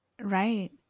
Right